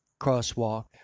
crosswalk